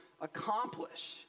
accomplish